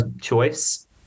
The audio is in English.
choice